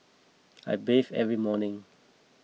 I bathe every morning